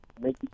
make